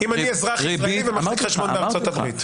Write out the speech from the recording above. אם אני אזרח ישראלי, ומחזיק חשבון בארצות הברית.